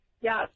yes